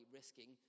risking